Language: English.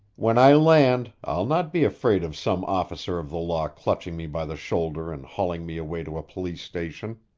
when i land, i'll not be afraid of some officer of the law clutching me by the shoulder and hauling me away to a police station.